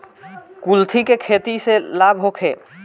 कुलथी के खेती से लाभ होखे?